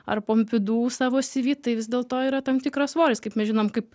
ar pompidu savo cv tai vis dėl to yra tam tikras svoris kaip mes žinome kaip